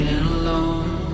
alone